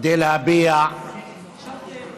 כדי להביע כאב,